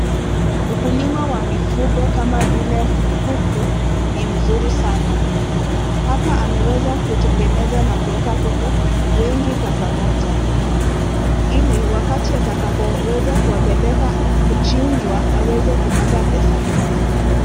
Ukulima wa mfugo kama vile kuku ni mzuri sana hapa ameweza kutengeneza na kuweka kuku wengi kwa pamoja ili wakati atakapo weza kupeleka kuchinjwa kuweze kupata pesa mingi.